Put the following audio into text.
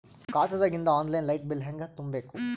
ಖಾತಾದಾಗಿಂದ online light bill ಹೇಂಗ ತುಂಬಾ ಬೇಕು?